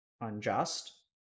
unjust